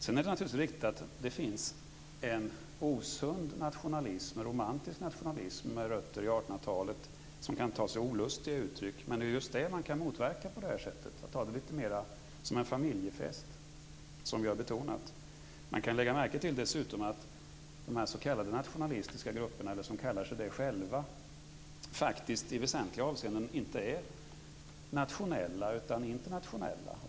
Sedan är det naturligtvis riktigt att det finns en osund och en romantisk nationalism med rötter i 1800-talet som kan ta sig olustiga uttryck. Men det kan man motverka genom att göra nationaldagen till en familjefest. De s.k. nationalistiska grupperna - eller som kallar sig själva för det - är faktiskt i väsentliga avseenden inte nationella utan internationella.